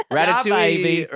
Ratatouille